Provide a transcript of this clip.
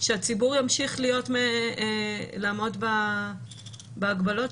ימשיך להיות, לעמוד בהגבלות.